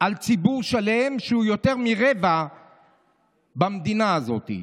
על ציבור שלם שהוא יותר מרבע במדינה הזאת.